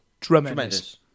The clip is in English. Tremendous